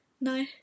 No